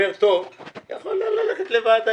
לא לצאת לוועדה,